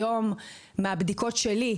מהבדיקות שלי,